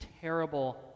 terrible